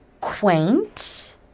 quaint